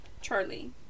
charlie